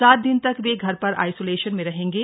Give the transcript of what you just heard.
सात दिन तक वे घर पर आइसोलेशन में रहेंगे